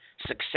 success